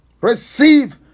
Receive